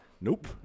Nope